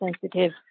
sensitive